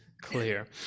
clear